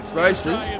races